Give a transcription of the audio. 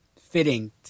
fitting